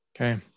Okay